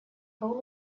fou